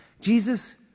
Jesus